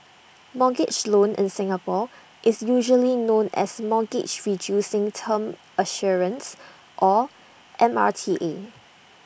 mortgage loan in Singapore is usually known as mortgage reducing term assurance or M R T A